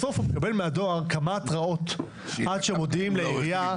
בסוף הוא מקבל מהדואר כמה התראות עד שמודיעים לעירייה שהוא עבר כתובת.